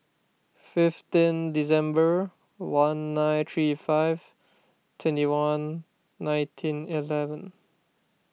fifteen December one nine three five twenty one nineteen eleven